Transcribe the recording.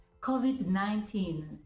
COVID-19